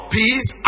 peace